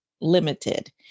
Limited